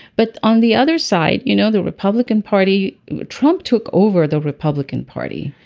but on the other side you know the republican party trump took over the republican party.